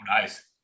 Nice